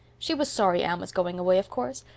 she was sorry anne was going away, of course,